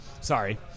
Sorry